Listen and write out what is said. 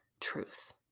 truth